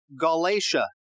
Galatia